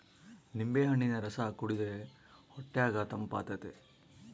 ನಿಂಬೆಹಣ್ಣಿನ ರಸ ಕುಡಿರ್ದೆ ಹೊಟ್ಯಗ ತಂಪಾತತೆ